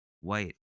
white